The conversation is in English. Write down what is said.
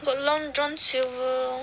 got Long John Silver orh